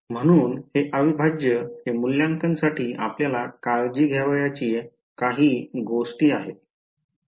म्हणून हे अविभाज्य चे मूल्यांकनासाठी आपल्याला काळजी घ्यावयाच्या या काही गोष्टी आहेत